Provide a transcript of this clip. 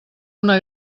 una